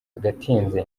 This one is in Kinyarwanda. agatinze